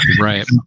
Right